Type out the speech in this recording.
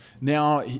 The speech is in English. Now